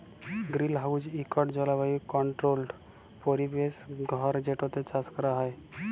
greenhouse ইকট জলবায়ু controlled পরিবেশ ঘর যেটতে চাষ ক্যরা হ্যয়